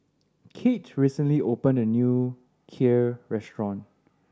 Kate recently opened a new Kheer restaurant